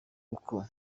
uko